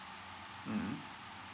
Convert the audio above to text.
mmhmm